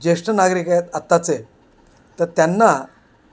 ज्येष्ठ नागरिक आहेत आत्ताचे तर त्यांना